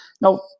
Now